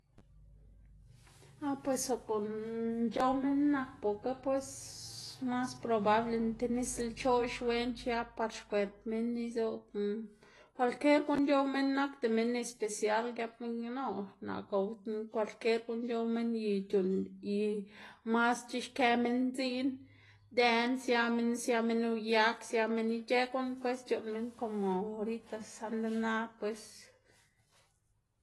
ah pues guꞌn c̲h̲ow minn nak boka pues mas probable ti nis lchoꞌx wen xiab par xkwerp minn izobna kwalkier guꞌn c̲h̲ow minn nakda minn especial gëpna no naꞌ gowdná, kwalkier guꞌn c̲h̲ow minn y c̲h̲uꞌnn y masc̲h̲e xkë minn dziꞌn dën sia minn, sia minn uyag, sia minn ic̲h̲ë guꞌn pues c̲h̲uꞌnn minn como orita saꞌnde na pues.